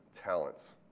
talents